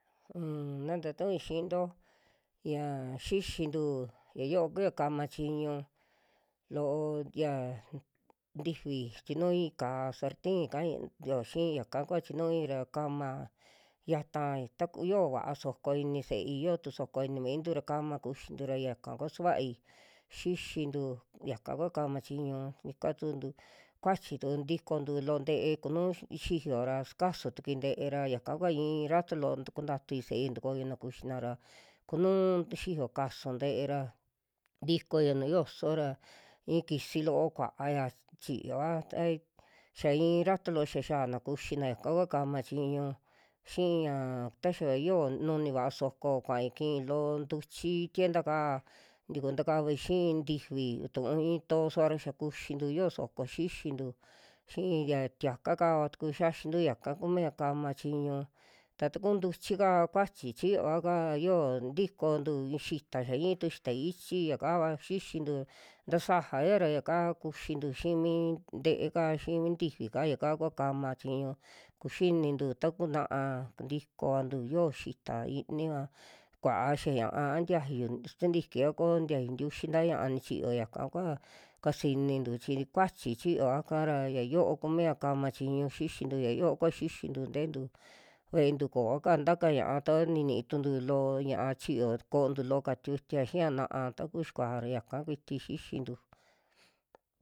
Unn naa tatu'ui xiinto yia xixintu ya yo'o kua kama chiñu, loo tia ntifi chinui ka'á sartin kayo xi'i yaka kua chinuui ra kama xiataa ku yoo vaa soko ini se'ei, yootu soko ini mintu ra kama kuxintu ra yaka kua sukuai xixintu, yaka kua kaama chiñu ika tuntu kuachi tuu ntikontu loo nte'e kunu xiyo ra sukasu tukui nte'e ra yaka kua i'i rato loo, kuntatui se'ei tukoyona kuxina ra kunuu xiyo kasu nte'e ra ntikoia nu'u yoso ra i'i kisi loo kuaya, chiyova ta xa i'in rato loo xa xiaana kuxina yaka kua kaama chiñu xi'i ña taxa yo'o nunivaa soko kuai ki'i loo ntuchi tienta kaa ntakavai xii tifi tuu i'i toosuva xia kuxintu, yoo soko xixintu xi'i yia tiaka kaa tuku xaxintu yaka kumia kama chiñu, ta taku ntuchi kaa kuachi chiyoa'ka yoo ntikontu i'i xita, xa i'i tu xita ichi yakava xixintu tasajaya yaka kuxintu xi'i mii nte'e'ka xii mi ntifi ka, yakaa kua kama chiñu kuxinintu taku na'a tikovantu yio xita i'iniva kua'a xa ñiaa a tiayu sintiki a koo tiayu ntiuxi nta ñia'a nichiyo yaka kua kasinintu chi kuachi chio'aka ra ya yo'o kumia kama chiñu xixintu, ya yo'o kua xixintu nte'entu ve'entu kooka ta'aka ña'a niituntu loo ñiaa chiyo ko'ontu loo ka tiutia xia na'a taku xikuaja ra yaka kuiti xixintu.